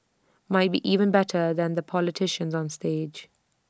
might be even better than the politicians on stage